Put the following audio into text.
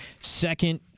Second